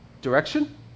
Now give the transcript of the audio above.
Direction